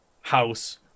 house